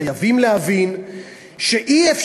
חייבים להבין שאי-אפשר,